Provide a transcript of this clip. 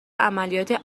عملیاتی